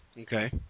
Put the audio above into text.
Okay